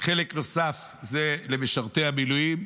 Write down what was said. חלק נוסף זה למשרתי המילואים,